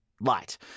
light